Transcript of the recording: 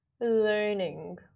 learning